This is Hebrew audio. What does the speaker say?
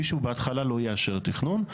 מישהו בהתחלה לא יאשר תכנון.